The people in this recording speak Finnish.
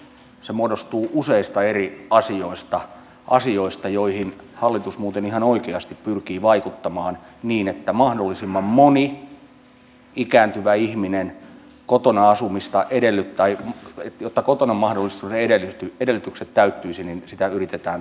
turvallisuudentunne muodostuu useista eri asioista asioista joihin hallitus muuten ihan oikeasti pyrkii vaikuttamaan niin että mahdollisimman monen ikääntyvän ihmisen kotona asumisen edellytykset täyttyisivät ja sitä yritetään tukea